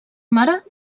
mare